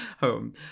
Home